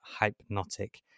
Hypnotic